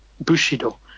Bushido